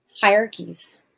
hierarchies